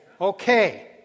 Okay